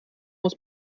muss